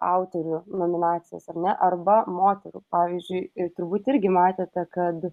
autorių nominacijas ar ne arba moterų pavyzdžiui ir turbūt irgi matėte kad